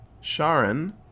Sharon